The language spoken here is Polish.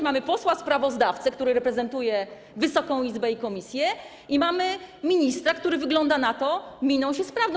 Mamy posła sprawozdawcę, który reprezentuje Wysoką Izbę i komisję, i mamy ministra, który, wygląda na to, minął się z prawdą.